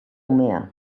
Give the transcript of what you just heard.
umea